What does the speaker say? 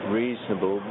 reasonable